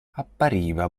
appariva